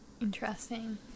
Interesting